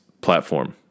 platform